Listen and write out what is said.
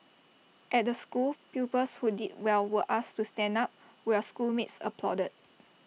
at the school pupils who did well were asked to stand up while schoolmates applauded